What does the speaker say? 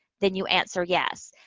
then you answer yes.